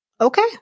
okay